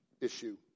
issue